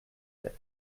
sept